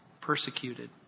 persecuted